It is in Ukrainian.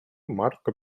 марко